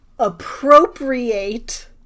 appropriate